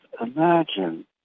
imagine